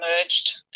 emerged